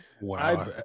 wow